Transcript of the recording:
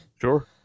Sure